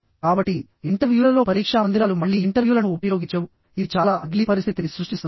కాబట్టి ఇంటర్వ్యూలలో పరీక్షా మందిరాలు మళ్ళీ ఇంటర్వ్యూలను ఉపయోగించవు ఇది చాలా అగ్లీ పరిస్థితిని సృష్టిస్తుంది